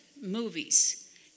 movies